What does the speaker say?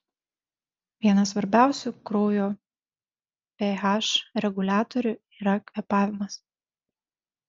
vienas svarbiausių kraujo ph reguliatorių yra kvėpavimas